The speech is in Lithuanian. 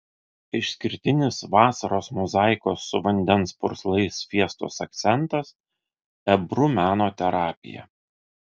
išskirtinis vasaros mozaikos su vandens purslais fiestos akcentas ebru meno terapija